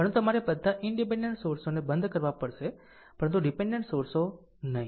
પરંતુ તમારે બધા ઈનડીપેનડેન્ટ સોર્સોને બંધ કરવા પડશે પરંતુ ડીપેનડેન્ટ સોર્સો નહીં